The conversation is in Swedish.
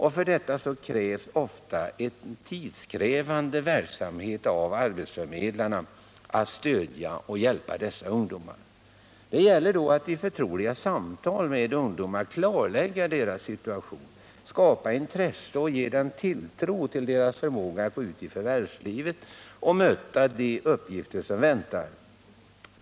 Det krävs ofta en tidsödande verksamhet av arbetsförmedlarna för att stödja och hjälpa dessa ungdomar. Det gäller att i förtroliga samtal med ungdomarna klarlägga deras situation, skapa intresse och ge tilltro till deras förmåga att gå ut i förvärvslivet och möta de uppgifter som väntar.